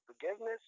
forgiveness